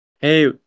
Hey